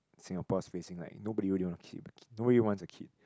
Singapore is facing like nobody really want a kid nobody wants a kid